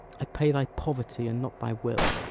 i pay thy poverty, and not thy will.